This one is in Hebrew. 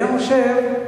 אני חושב,